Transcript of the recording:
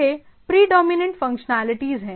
ये predominant functionalities हैं